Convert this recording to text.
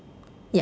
ya